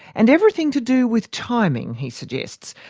and everything to do with timing, he suggests.